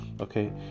Okay